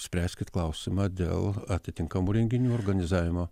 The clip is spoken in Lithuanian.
spręskit klausimą dėl atitinkamų renginių organizavimo